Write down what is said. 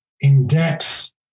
in-depth